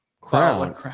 crown